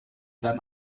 beim